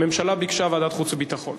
הממשלה ביקשה ועדת חוץ וביטחון,